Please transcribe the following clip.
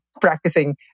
practicing